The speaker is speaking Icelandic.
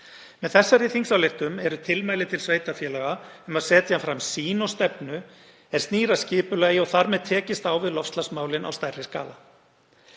Með þessari þingsályktunartillögu eru tilmæli til sveitarfélaga um að setja fram sýn og stefnu er snýr að skipulagi og þar með tekist á við loftslagsmálin á stærri skala.